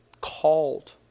called